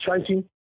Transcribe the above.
chasing